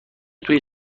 توی